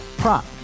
Prop